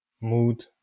mood